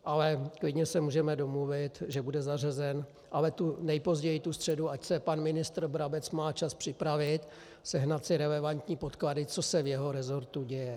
Ale klidně se můžeme domluvit, že bude zařazen, ale nejpozději tu středu, ať se pan ministr Brabec má čas připravit, sehnat si relevantní podklady, co se v jeho resortu děje.